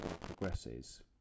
progresses